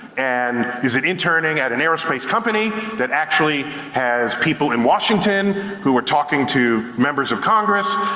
and, is it interning at an aerospace company that actually has people in washington who are talking to members of congress?